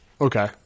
Okay